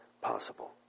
possible